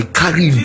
carry